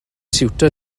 siwtio